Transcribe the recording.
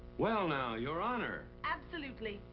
well, now, your honor absolutely.